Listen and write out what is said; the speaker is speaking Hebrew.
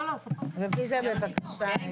עוד פעם שאני